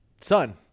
son